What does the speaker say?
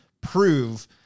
prove